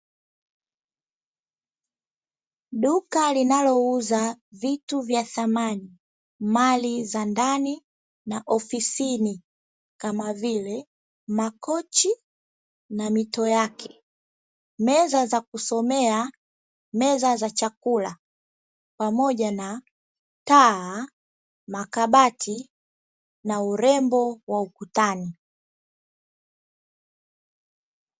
Duka lilounauza vitu vya samani, mali za ndani, na ofisini kama vile makochi na mito yake, meza za kusomea, meza za chakula, pamoja na taa, makabati na urembo wa ukutani.